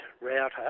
router